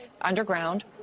underground